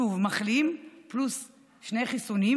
שוב, מחלים פלוס שני חיסונים,